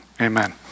Amen